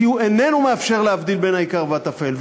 כי הוא איננו מאפשר להבדיל בין העיקר והטפל.